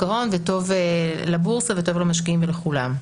ההון וטוב לבורסה וטוב למשקיעים ולכולם.